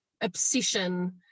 obsession